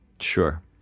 Sure